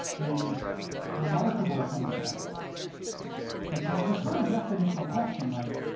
and it is remarkable, some of the parallels because this sort of definitional question like,